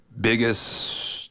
biggest